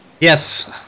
Yes